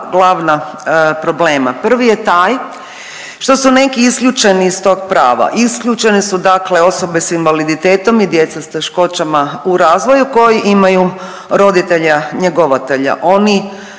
problema, prvi je taj što su neki isključeni iz tog prava, isključeni su dakle osobe s invaliditetom i djeca s teškoćama u razvoju koji imaju roditelja njegovatelja. Oni